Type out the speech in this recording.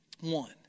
One